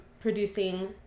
producing